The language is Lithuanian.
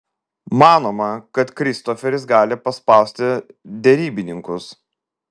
manoma kad kristoferis gali paspausti derybininkus